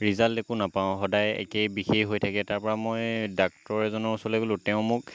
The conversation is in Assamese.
ৰিজাল্ট একো নাপাওঁ সদায় একে বিষেই হৈ থাকে তাৰপৰা মই ডাক্তৰ এজনৰ ওচৰলৈ গ'লো তেওঁ মোক